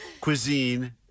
cuisine